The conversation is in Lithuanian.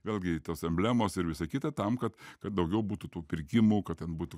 vėlgi tos emblemos ir visa kita tam kad kad daugiau butų tų pirkimų kad ten būtų